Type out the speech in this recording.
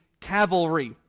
cavalry